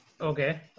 Okay